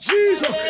Jesus